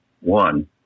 one